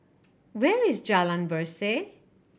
where is Jalan Berseh